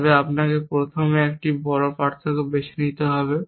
তবে আপনাকে প্রথমে একটি বড় পার্থক্য বেছে নিতে হবে